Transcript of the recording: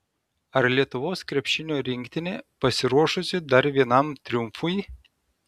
ar lietuvos krepšinio rinktinė pasiruošusi dar vienam triumfui